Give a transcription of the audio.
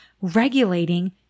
regulating